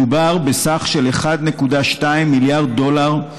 מדובר בסכום של 1.2 מיליארד דולר,